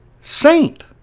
saint